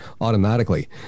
automatically